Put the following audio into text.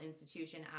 institution